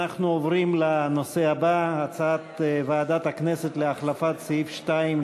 אנחנו עוברים לנושא הבא: הצעת ועדת הכנסת להחלפת סעיף 2,